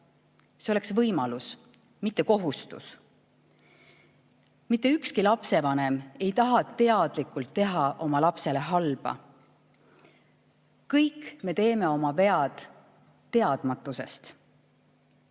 See oleks võimalus, mitte kohustus. Mitte ükski lapsevanem ei taha teadlikult teha oma lapsele halba. Kõik me teeme oma vead teadmatusest.